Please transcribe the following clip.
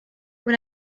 when